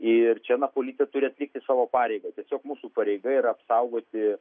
ir čia na policija turi atlikti savo pareigą tiesiog mūsų pareiga yra apsaugoti